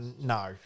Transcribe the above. No